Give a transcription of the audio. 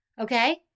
Okay